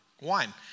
wine